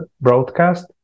broadcast